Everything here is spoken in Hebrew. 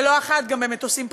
ולא אחת גם עם מטוסים פרטיים.